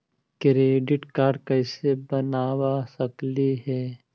Credit card कैसे बनबा सकली हे?